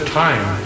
time